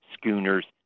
schooners